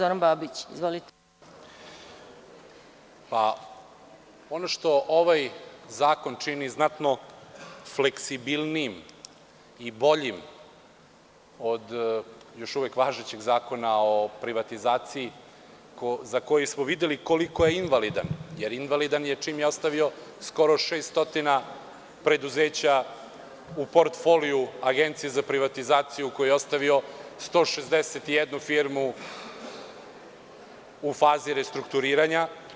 Ono što ovaj zakon čini znatno fleksibilnijim i boljim od još uvek važećeg Zakona o privatizaciji, za koji smo videli koliko je invalidan, jer invalidan je čim je ostavio skoro 600 preduzeća u portfoliju Agencije za privatizaciju, koji je ostavio 161 firmu u fazi restrukturiranja.